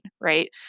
right